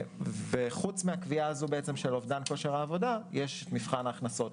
פרט לקביעה הזאת של אובדן כושר העבודה יש את מבחן ההכנסות,